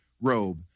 robe